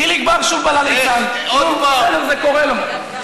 חיליק בר, שוב ליצן, זה קורה לו.